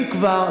אם כבר,